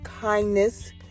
kindness